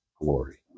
glory